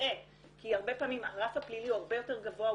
מוטעה כי הרבה פעמים הרף הפלילי הרבה יותר גבוה,